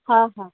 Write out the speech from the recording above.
હા હા